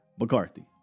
mccarthy